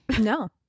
No